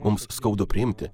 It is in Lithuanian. mums skaudu priimti